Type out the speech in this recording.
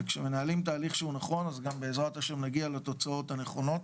וכאשר מנהלים תהליך נכון אז גם בעזרת השם נגיע לתוצאות הנכונות.